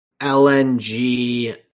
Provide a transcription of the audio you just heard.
LNG